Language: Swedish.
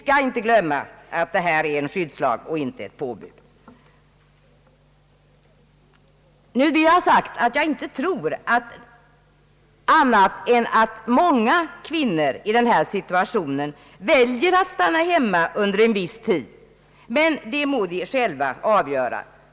Jag tror inte annat än att många kvinnor i denna situation väljer att stanna hemma under en viss tid, men de må själva fatta avgörandet.